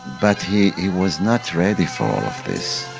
but he was not ready for all of this.